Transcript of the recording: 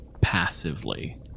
passively